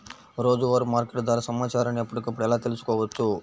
రోజువారీ మార్కెట్ ధర సమాచారాన్ని ఎప్పటికప్పుడు ఎలా తెలుసుకోవచ్చు?